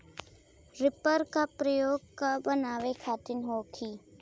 Reaper का प्रयोग का बनावे खातिन होखि?